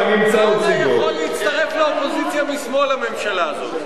יכול להצטרף לאופוזיציה משמאל לממשלה הזאת.